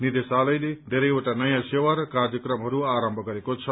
निदेशालय बेरैवटा नयाँ सेवा र कार्यक्रमहरू आरम्म गरेको छ